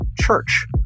church